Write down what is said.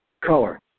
color